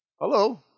Hello